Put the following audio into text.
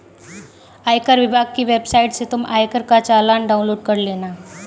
आयकर विभाग की वेबसाइट से तुम आयकर का चालान डाउनलोड कर लेना